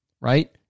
right